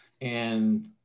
And-